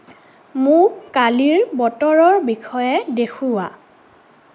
মোক কালিৰ বতৰৰ বিষয়ে দেখুওৱা